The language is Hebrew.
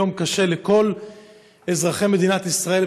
יום קשה לכל אזרחי מדינת ישראל,